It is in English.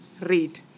read